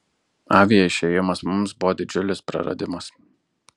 avie išėjimas mums buvo didžiulis praradimas